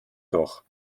doch